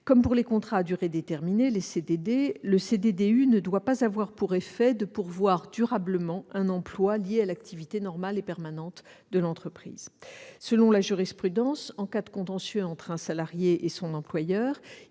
Comme pour les contrats à durée déterminée, le CDDU ne doit pas avoir pour effet de pourvoir durablement un emploi lié à l'activité normale et permanente de l'entreprise. Selon la jurisprudence, en cas de contentieux entre un salarié et son employeur,